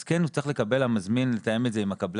אז כן הוא צריך לקבל המזמין לתאם את זה עם הקבלן.